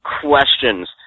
questions